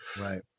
right